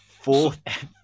Fourth